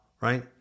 right